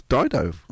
Dido